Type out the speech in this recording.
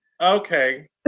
Okay